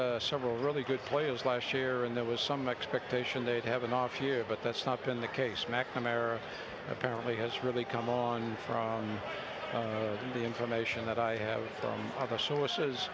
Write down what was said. lost several really good players last year and there was some expectation they'd have an off year but that's not been the case mcnamara apparently has really come on from the information that i have done other sources